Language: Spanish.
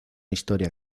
historia